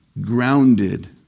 grounded